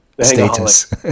status